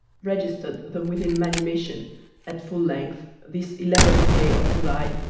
registered the within manumission at full length, this eleventh day of july,